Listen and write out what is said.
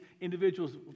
individuals